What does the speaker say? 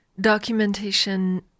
documentation